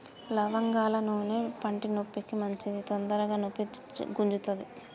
లవంగాల నూనె పంటి నొప్పికి మంచిది తొందరగ నొప్పి గుంజుతది